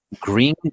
Green